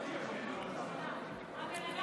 הבן אדם,